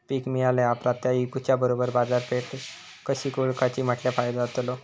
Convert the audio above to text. पीक मिळाल्या ऑप्रात ता इकुच्या बरोबर बाजारपेठ कशी ओळखाची म्हटल्या फायदो जातलो?